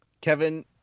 Kevin